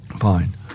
fine